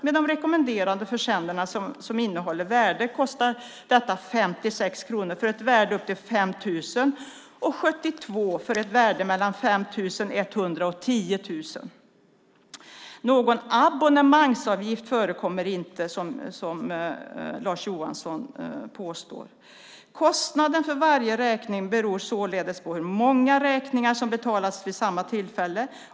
För de rekommenderade försändelser som innehåller värde handlar det om 56 kronor för ett värde upp till 5 000 kronor och 72 kronor för ett värde mellan 5 000 och 10 000 kronor. Någon abonnemangsavgift förekommer inte, som Lars Johansson påstår. Kostnaden för varje räkning beror således på hur många räkningar som betalas vid samma tillfälle.